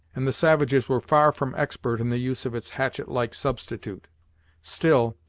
and the savages were far from expert in the use of its hatchet-like substitute still,